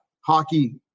hockey